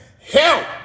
Help